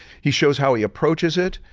he shows how he approaches it,